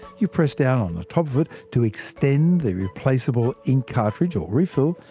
you pressed down on the top of it to extend the replaceable ink cartridge or refill,